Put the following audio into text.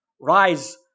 Rise